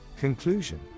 Conclusion